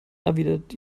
erwidert